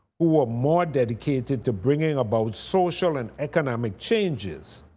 who were more dedicated to bringing about social and economic changes,